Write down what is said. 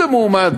במועמד